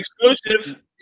Exclusive